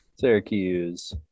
Syracuse